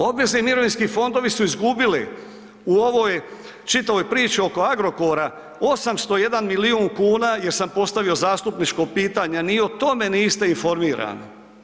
Obvezni mirovinski fondovi su izgubili u ovoj čitavoj priči oko Agrokora 801 milijun kuna jer sam postavio zastupničko pitanje, ni o tome niste informirani.